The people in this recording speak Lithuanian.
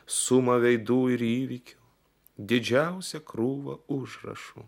sumą veidų ir įvykių didžiausią krūvą užrašų